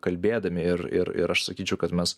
kalbėdami ir ir ir aš sakyčiau kad mes